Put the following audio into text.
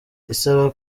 isaba